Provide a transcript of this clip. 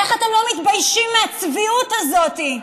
איך אתם לא מתביישים בצביעות הזאת?